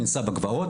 הוא ניסה בגבעות,